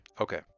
Okay